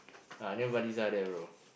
ya near Baliza there brother